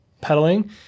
pedaling